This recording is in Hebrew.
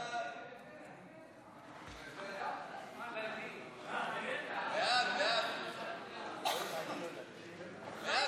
ההצעה להעביר את הצעת חוק רישוי עסקים (תיקון,